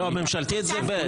לא, הממשלתית זה ב'.